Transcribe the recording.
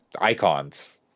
icons